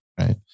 Right